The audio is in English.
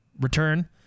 return